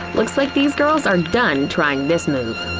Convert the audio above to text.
looks like these girls are done trying this move.